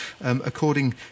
according